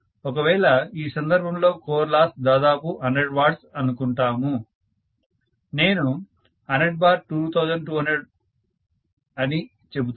ఒకవేళ ఈ సందర్భంలో కోర్ లాస్ దాదాపు 100 W అనుకుందాము నేను 1002200 అని చెబుతాను